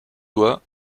doit